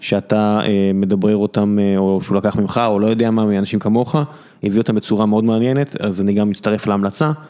שאתה מדבר אותם, או שהוא לקח ממך, או לא יודע מה, מאנשים כמוך, הביא אותם בצורה מאוד מעניינת, אז אני גם מצטרף להמלצה.